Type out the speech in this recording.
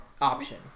option